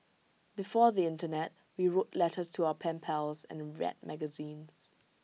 before the Internet we wrote letters to our pen pals and read magazines